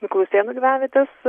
miklusėnų gyvenvietės